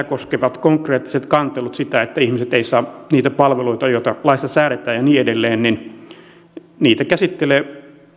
koskevat konkreettiset kantelut siitä että ihmiset eivät saa niitä palveluita joita laissa säädetään ja niin edelleen ja niitä käsittelee